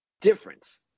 difference